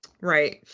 right